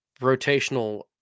rotational